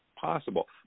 possible